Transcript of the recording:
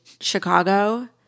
Chicago